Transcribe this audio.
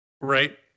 Right